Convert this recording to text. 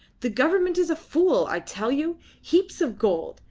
the government is a fool, i tell you. heaps of gold.